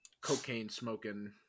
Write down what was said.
cocaine-smoking